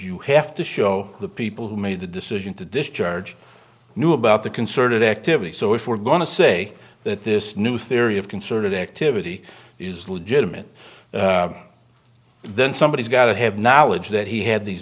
you have to show the people who made the decision to discharge knew about the concerted activity so if we're going to say that this new theory of concerted activity is legitimate then somebody's got to have knowledge that he had these